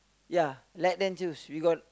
ya let them choose we got